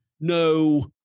No